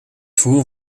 voeren